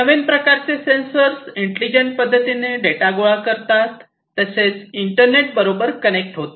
नवीन प्रकारचे sensor intelligent पद्धतीने data गोळा करतात तसेच इंटरनेट बरोबर कनेक्ट होतात